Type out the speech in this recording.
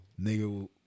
Nigga